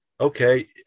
okay